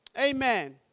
Amen